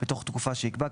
בתוך תקופה שיקבע,